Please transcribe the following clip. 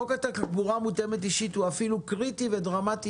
חוק התחבורה המותאמת אישית הוא אפילו קריטי ודרמטי